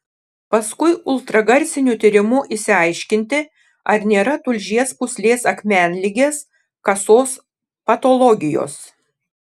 paskui ultragarsiniu tyrimu išsiaiškinti ar nėra tulžies pūslės akmenligės kasos patologijos